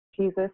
Jesus